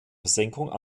versenkung